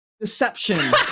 Deception